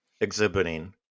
exhibiting